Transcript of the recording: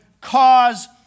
cause